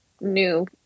new